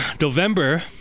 November